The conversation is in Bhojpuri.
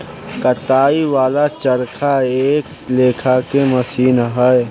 कताई वाला चरखा एक लेखा के मशीन ह